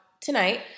tonight